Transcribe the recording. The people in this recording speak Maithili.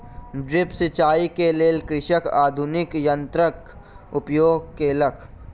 ड्रिप सिचाई के लेल कृषक आधुनिक यंत्रक उपयोग केलक